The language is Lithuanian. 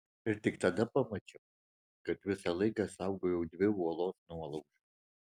ir tik tada pamačiau kad visą laiką saugojau dvi uolos nuolaužas